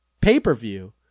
pay-per-view